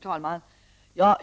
Herr talman!